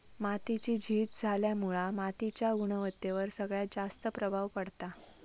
मातीची झीज झाल्यामुळा मातीच्या गुणवत्तेवर सगळ्यात जास्त प्रभाव पडता